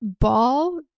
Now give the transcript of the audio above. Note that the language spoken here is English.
ball